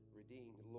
redeemed